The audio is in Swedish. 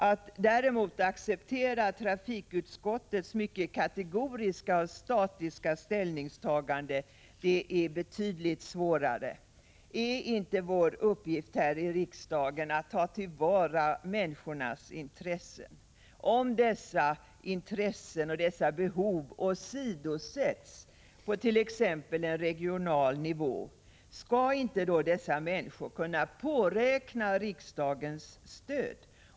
Att däremot acceptera trafikutskottets mycket kategoriska och statiska ställningstagande är betydligt svårare. Är inte vår uppgift här i riksdagen att ta till vara människornas intressen? Om dessa intressen och behov åsidosätts på t.ex. en regional nivå, skall inte då dessa människor kunna påräkna riksdagens stöd?